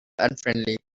unfriendly